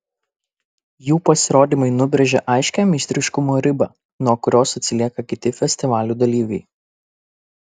jų pasirodymai nubrėžia aiškią meistriškumo ribą nuo kurios atsilieka kiti festivalių dalyviai